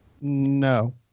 No